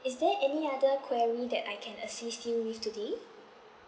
is there any other quarry that I can assist you with today